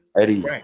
Eddie